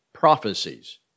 prophecies